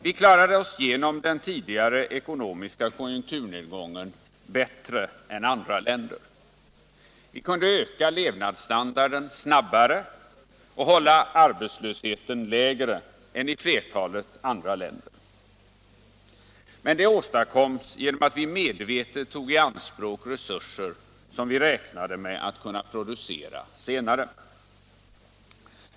Vi klarade oss genom den tidigare ekonomiska konjunkturnedgången bättre än andra länder. Vi kunde öka levnadsstandarden snabbare och hålla arbetslösheten lägre än flertalet andra länder, men det åstadkoms genom att vi medvetet tog i anspråk resurser som vi räknade med att kunna producera senare.